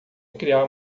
criar